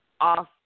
off